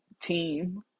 team